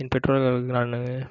என் பெற்றோர்களுக்கு நான்